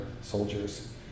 soldiers